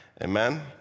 amen